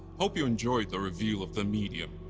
hope you enjoyed the reveal of the medium,